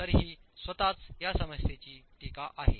तर ही स्वतःच या समस्येची टीका आहे